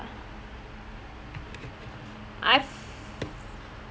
I